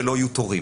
שלא יהיו תורים.